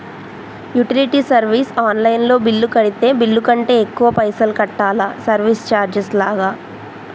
Utility service online లో bill కడితే bill కంటే ఎక్కువ పైసల్ కట్టాలా సర్వీస్ చార్జెస్ లాగా?